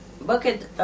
bucket